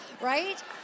right